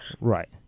Right